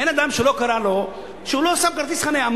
אין אדם שלא קרה לו שהוא לא שם כרטיס חנייה.